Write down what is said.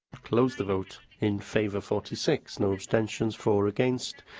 close the vote. in favour forty six, no abstentions, four against.